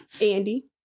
Andy